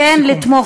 מי שרוצה כן לתמוך,